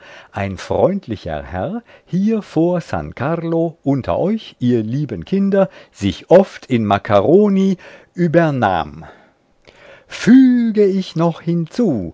ein freundlicher herr hier vor s carlo unter euch ihr lieben kinder sich oft in makkaroni übernahm füge ich noch hinzu